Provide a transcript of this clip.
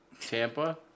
Tampa